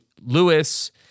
Lewis